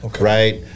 right